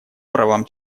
правам